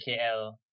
KL